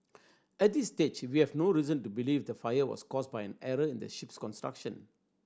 at this stage we have no reason to believe the fire was caused by an error in the ship's construction